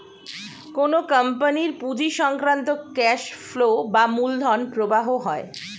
কোন কোম্পানির পুঁজি সংক্রান্ত ক্যাশ ফ্লো বা মূলধন প্রবাহ হয়